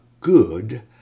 good